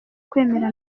kwemera